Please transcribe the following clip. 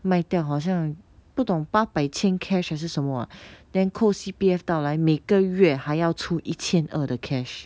卖掉好像不懂八百千 cash 还是是什么 then 扣 C_P_F 到来每个月还要出一千二的 cash